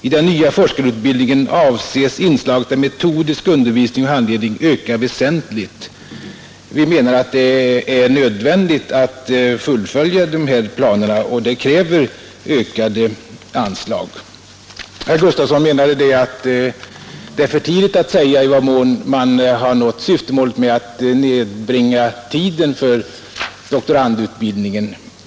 I den nya forskarutbildningen avses inslaget av metodisk undervisning och handledning öka väsentligt.” Vi menar att det är nödvändigt att fullfölja de här planerna, och det kräver ökade anslag. Herr Gustafsson ansåg att det är för tidigt att säga i vad mån man har nått syftemålet att nedbringa tiden för doktorandutbildningen.